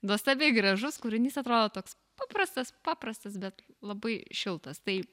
nuostabiai gražus kūrinys atrodo toks paprastas paprastas bet labai šiltas tai